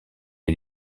les